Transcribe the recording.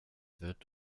wird